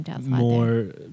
more